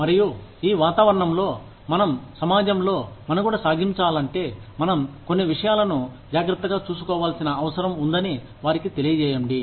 మరియు ఈ వాతావరణంలో మనం సమాజంలో మనుగడ సాగించాలంటే మనం కొన్ని విషయాలను జాగ్రత్తగా చూసుకోవాల్సిన అవసరం ఉందని వారికి తెలియజేయండి